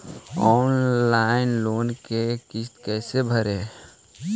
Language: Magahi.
ऑनलाइन लोन के किस्त कैसे भरे?